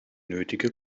nötige